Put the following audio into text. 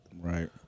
right